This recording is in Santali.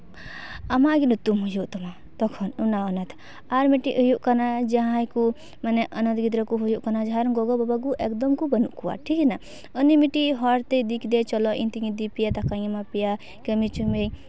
ᱟᱢᱟᱜ ᱜᱮ ᱧᱩᱛᱩᱢ ᱦᱩᱭᱩᱜ ᱛᱟᱢᱟ ᱛᱚᱠᱷᱚᱱ ᱚᱱᱟ ᱚᱱᱟᱛᱮ ᱟᱨ ᱢᱤᱫᱴᱤᱡ ᱦᱩᱭᱩᱜ ᱠᱟᱱᱟ ᱡᱟᱦᱟᱸᱭ ᱠᱚ ᱢᱟᱱᱮ ᱚᱱᱟᱛᱷ ᱜᱤᱫᱽᱨᱟᱹ ᱠᱚ ᱦᱩᱭᱩᱜ ᱠᱟᱱᱟ ᱜᱚᱜᱚᱼᱵᱟᱵᱟ ᱠᱚ ᱮᱠᱫᱚᱢ ᱜᱮ ᱵᱟᱹᱱᱩᱜ ᱠᱚᱣᱟ ᱴᱷᱤᱠ ᱮᱱᱟ ᱩᱱᱤ ᱢᱤᱫᱴᱤᱡ ᱦᱚᱲ ᱛᱮ ᱤᱫᱤ ᱠᱮᱫᱮᱭᱟᱭ ᱪᱚᱞᱚ ᱤᱧ ᱴᱷᱮᱡ ᱤᱫᱤ ᱯᱮᱭᱟ ᱫᱟᱠᱟᱧ ᱮᱢᱟ ᱯᱮᱭᱟ ᱠᱟᱹᱢᱤ ᱦᱚᱪᱚ ᱯᱮᱭᱟᱹᱧ